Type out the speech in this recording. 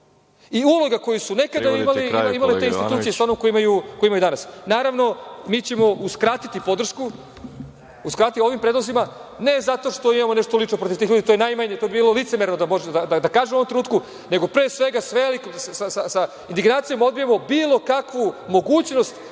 i uloga koju su nekada imale te institucije sa onom koju imaju danas. Naravno mi ćemo uskratiti podršku ovim predlozima, ne zato što je ovo nešto lično protiv tih ljudi, to je najmanje i bilo bi licemerno da kažem u ovom trenutku, nego pre svega sa integracijom odbijamo bilo kakvu mogućnost